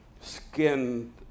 skinned